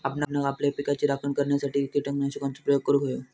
आपणांक आपल्या पिकाची राखण करण्यासाठी कीटकनाशकांचो प्रयोग करूंक व्हयो